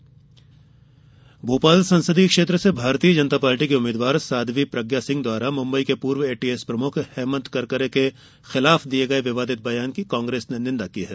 प्रज्ञा आरोप प्रतिक्रिया भोपाल संसदीय क्षेत्र से भारतीय जनता पार्टी की उम्मीदवार साध्वी प्रज्ञा सिंह द्वारा मुम्बई के पूर्व एटीएस प्रमुख हेमंत करकरे के खिलाफ दिये गये विवादित बयान की कांग्रेस ने निंदा की है